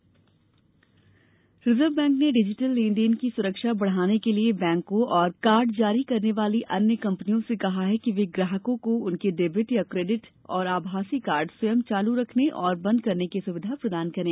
reserve Bank Reserve Bank ने digital लेनदेन की सुरक्षा बढ़ाने के लिए बैंकों और कार्ड जारी करने वाली अन्य कंपनियों से कहा है कि वे ग्राहकों को उनके डेबिट या क्रेडिड और आभासी कार्ड स्वयं चालू रखने और बंद करने की सुविधा प्रदान करें